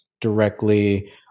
directly –